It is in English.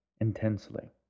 intensely